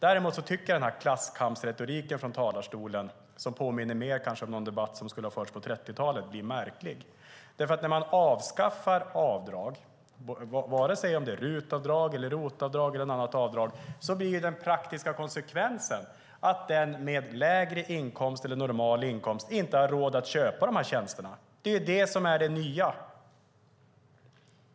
Däremot tycker jag att klasskampsretoriken som förs från talarstolen och som kanske mer påminner om en debatt på 30-talet blir märklig. När man avskaffar avdrag, antingen det är RUT-avdrag, ROT-avdrag eller något annat avdrag, blir den praktiska konsekvensen att den med lägre eller normal inkomst inte har råd att köpa de tjänsterna. Det är det nya.